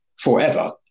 forever